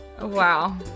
wow